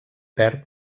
perd